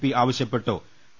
P ആവശ്യപ്പെട്ടു്